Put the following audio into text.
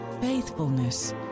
faithfulness